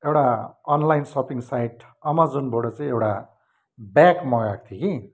एउटा online shopping site अमाजोनबाट चाहिँ एउटा ब्याग मगाएको थिएँ कि